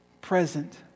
present